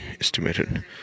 estimated